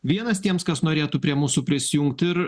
vienas tiems kas norėtų prie mūsų prisijungti ir